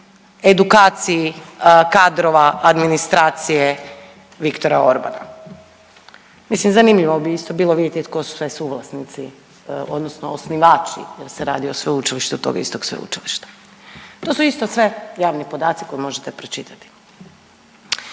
edukaciji kadrova administracije Viktora Orbana. Mislim zanimljivo bi isto bilo vidjeti tko su sve suvlasnici, odnosno osnivači jer se radi o sveučilištu tog istog sveučilišta. To su isto sve javni podaci koje možete pročitati.